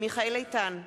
מיכאל איתן,